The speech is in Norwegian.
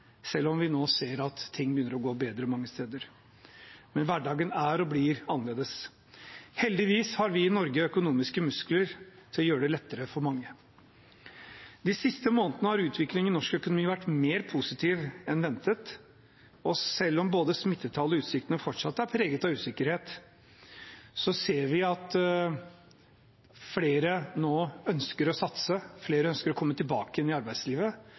selv om vi nå ser at ting begynner å gå bedre mange steder. Men hverdagen er og blir annerledes. Heldigvis har vi i Norge økonomiske muskler til å gjøre det lettere for mange. De siste månedene har utviklingen i norsk økonomi vært mer positiv enn ventet, og selv om både smittetall og utsiktene fortsatt er preget av usikkerhet, ser vi at flere nå ønsker å satse og komme tilbake til arbeidslivet, og det tar vi også konsekvensen av i